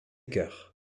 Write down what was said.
cœur